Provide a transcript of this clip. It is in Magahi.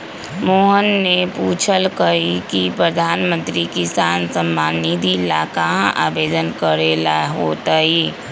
मोहन ने पूछल कई की प्रधानमंत्री किसान सम्मान निधि ला कहाँ आवेदन करे ला होतय?